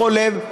בכל לב.